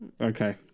Okay